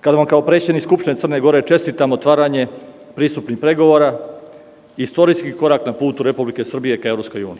kada vam kao predsednik Skupštine Crne Gore čestitam otvaranje pristupnih pregovora, istorijskom koraku na putu Republike Srbije ka EU.